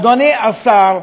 אדוני השר,